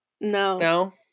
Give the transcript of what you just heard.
no